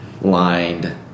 lined